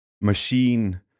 machine